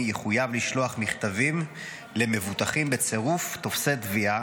יחויב לשלוח מכתבים למבוטחים בצירוף טופסי תביעה,